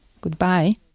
Goodbye